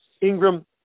Ingram